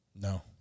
No